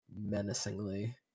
menacingly